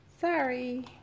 Sorry